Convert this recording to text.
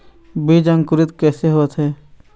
बीज अंकुरित कैसे होथे?